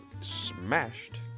smashed